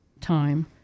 time